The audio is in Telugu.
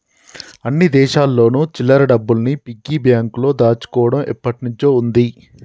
అన్ని దేశాల్లోను చిల్లర డబ్బుల్ని పిగ్గీ బ్యాంకులో దాచుకోవడం ఎప్పటినుంచో ఉంది